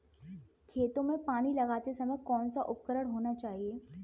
खेतों में पानी लगाते समय कौन सा उपकरण होना चाहिए?